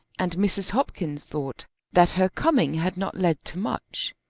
and mrs. hopkins thought that her coming had not led to much.